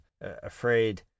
afraid